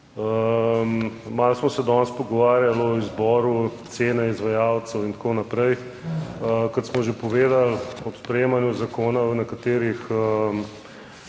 Malo smo se danes pogovarjali o izboru cene, izvajalcev in tako naprej. Kot smo že povedali ob sprejemanju zakona v nekaterih